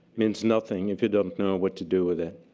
means nothing if you don't know what to do with it.